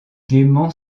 dément